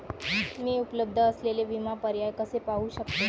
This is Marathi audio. मी उपलब्ध असलेले विमा पर्याय कसे पाहू शकते?